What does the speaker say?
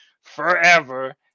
forever